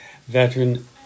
veteran